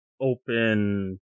open